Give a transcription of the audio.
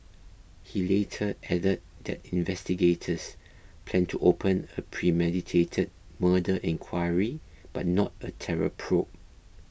he later added that investigators planned to open a premeditated murder inquiry but not a terror probe